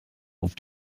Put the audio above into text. auf